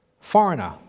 foreigner